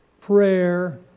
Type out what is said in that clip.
prayer